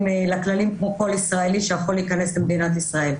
לכללים כמו כל ישראלי שיכול להיכנס למדינת ישראל.